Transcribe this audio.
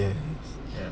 um ya